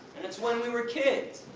and it's when we were kids!